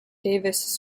davis